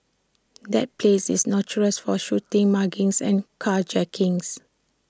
that place is notorious for shootings muggings and carjackings